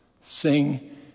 sing